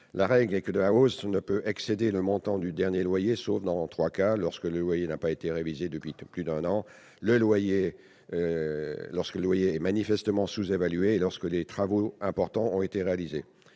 La règle est que la hausse ne peut excéder le montant du dernier loyer, sauf dans trois cas : lorsque le loyer n'a pas été révisé depuis plus d'un an, lorsque le loyer est manifestement sous-évalué et lorsque des travaux importants ont été réalisés.